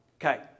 Okay